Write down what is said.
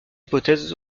hypothèses